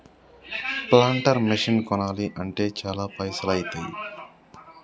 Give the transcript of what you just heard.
planter machine కొనాలి అంటే చాల పైసల్ ఐతాయ్